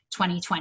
2020